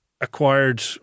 acquired